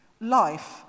Life